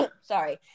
Sorry